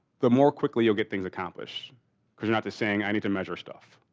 the more quickly you'll get things accomplished because you're not just saying i need to measure stuff.